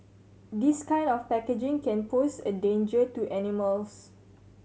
this kind of packaging can pose a danger to animals